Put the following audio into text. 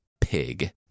pig